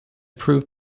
proved